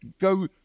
go